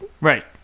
Right